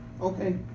Okay